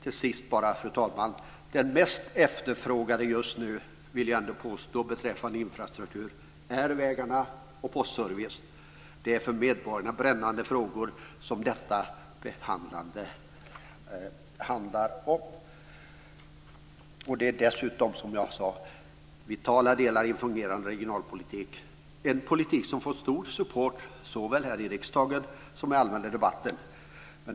Till sist: Jag vill påstå att det mest efterfrågade just nu beträffande infrasturktur är vägar och postservice. Detta är för medborgarna brännande frågor som detta betänkande behandlar. Det är dessutom vitala delar i en fungerande regionalpolitik, en politik som har fått stor support såväl i riksdagen som i den allmänna debatten.